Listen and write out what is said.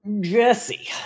Jesse